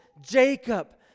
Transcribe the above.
Jacob